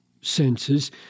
senses